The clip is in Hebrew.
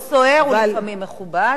גם דיון סוער הוא לפעמים מכובד.